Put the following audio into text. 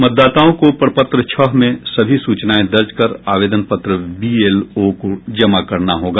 मतदाताओं को प्रपत्र छह में सभी सूचनायें दर्ज कर आवेदन पत्र बीएलओ को जमा कराना होगा